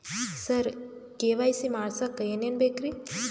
ಸರ KYC ಮಾಡಸಕ್ಕ ಎನೆನ ಬೇಕ್ರಿ?